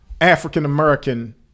African-American